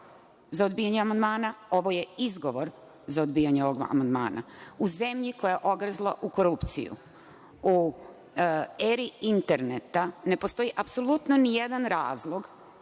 za odbijanje amandmana, ovo je izgovor za odbijanje ovog amandmana. U zemlji koja je ogrezla u korupciju, u eri interneta, ne postoji apsolutno nijedan razlog